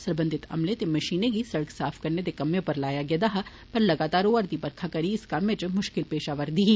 सरबंघत अमले ते मषीनें गी सिड़क साफ करने दे कम्मै उप्पर लाया गेया ऐ पर लगातार होआ'रदी बरखा कारण इस कम्मै च मुष्कल पेष आवै'रदी ही